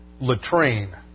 latrine